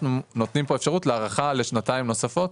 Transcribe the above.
אנחנו נותנים פה אפשרות הארכה לשנתיים נוספות,